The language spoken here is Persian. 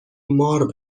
مار